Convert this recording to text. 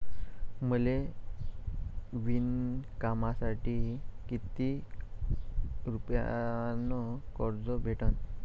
मले विणकामासाठी किती रुपयानं कर्ज भेटन?